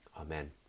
Amen